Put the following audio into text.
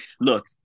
look